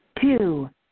two